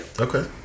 Okay